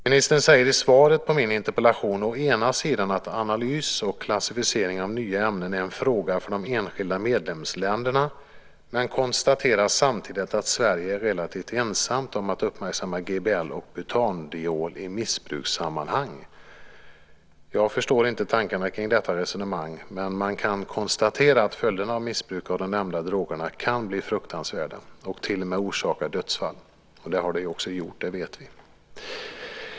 Ministern säger i svaret på min interpellation att analys och klassificering av nya ämnen är en fråga för de enskilda medlemsländerna. Men samtidigt konstaterar han att Sverige är relativt ensamt om att uppmärksamma GBL och butandiol i missbrukssammanhang. Jag förstår inte tankarna kring detta resonemang, men man kan konstatera att följderna av missbruk av de nämnda drogerna kan bli fruktansvärda. De kan till och med orsaka dödsfall. Det har de också gjort, det vet vi.